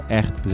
echt